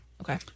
Okay